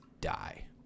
die